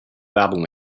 werbung